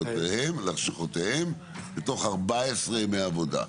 או ללשכותיהם בתוך 14 ימי עבודה,